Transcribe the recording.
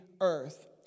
earth